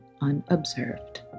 unobserved